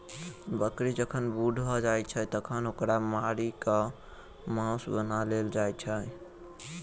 बकरी जखन बूढ़ भ जाइत छै तखन ओकरा मारि क मौस बना लेल जाइत छै